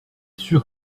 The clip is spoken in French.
sûr